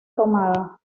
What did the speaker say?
tomada